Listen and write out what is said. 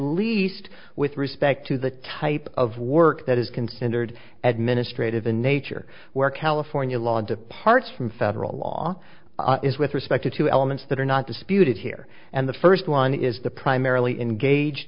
least with respect to the type of work that is considered administrate of in nature where california law departs from federal law is with respect to two elements that are not disputed here and the first one is the primarily engage